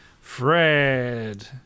Fred